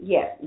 Yes